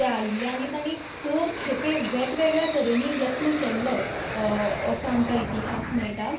ते आयिल्ले आनी तांणी स खेपे वेगवेगळ्या तरेंनी यत्न केल्लो असो आमकां इतिहास मेळटा